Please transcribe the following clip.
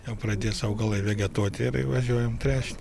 jau pradės augalai vegetuoti ir įvažiuojam tręšt